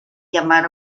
llamar